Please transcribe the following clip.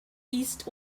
east